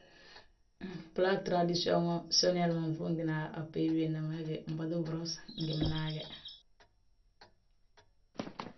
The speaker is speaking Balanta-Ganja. Blaa taradisiyonel ma nfuuŋtina a bgí biindi ma we gí, mbatu biros ngi bnaage